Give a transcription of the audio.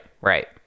Right